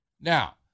Now